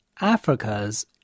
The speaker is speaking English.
Africa's